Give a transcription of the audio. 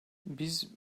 biz